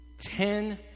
Ten